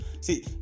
see